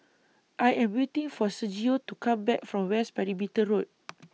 I Am waiting For Sergio to Come Back from West Perimeter Road